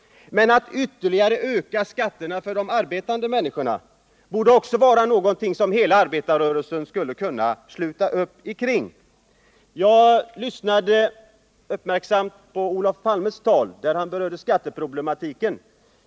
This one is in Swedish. Men att ytterligare öka skatterna för de arbetande människorna borde vara främmande för hela arbetarrörelsen. Jag lyssnade uppmärksamt på Olof Palmes tal, där han berörde skatteproblematiken.